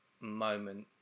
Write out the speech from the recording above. moment